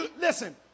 Listen